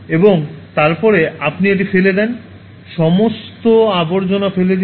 এবং তারপরে আপনি এটি ফেলে দিন সমস্ত আবর্জনা ফেলে দিন